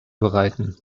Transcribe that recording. bereiten